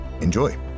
enjoy